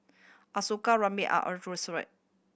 Ashoka Razia and Alluri